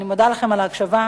אני מודה לכם על ההקשבה.